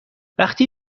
وقتی